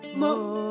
more